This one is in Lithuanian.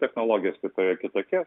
technologijas kitoje kitokias